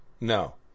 No